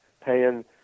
paying